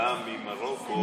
באה ממרוקו,